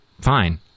fine